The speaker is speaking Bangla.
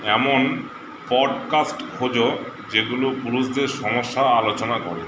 এমন পডকাস্ট খোঁজো যেগুলো পুরুষদের সমস্যা আলোচনা করে